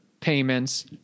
payments